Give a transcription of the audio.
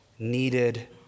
Needed